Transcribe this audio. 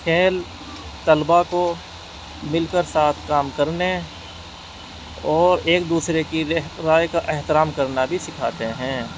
کھیل طلبا کو مل کر ساتھ کام کرنے اور ایک دوسرے کی رہ رائے کا احترام کرنا بھی سکھاتے ہیں